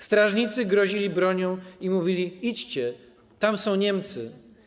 Strażnicy grozili im bronią i mówili - idźcie, tam są Niemcy.